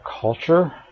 culture